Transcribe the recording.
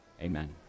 Amen